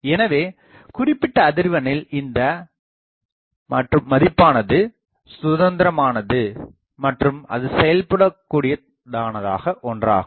எனவே குறிப்பிட்ட அதிர்வெண்ணில் இந்த மற்றும் மதிப்பானது சுதந்திரமானது மற்றும் அது செல்லுபடியாககூடியதான ஒன்றாகும்